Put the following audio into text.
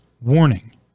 warning